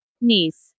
Niece